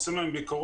עושים להם ביקורות